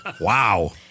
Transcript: wow